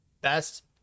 best